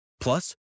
Plus